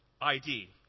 ID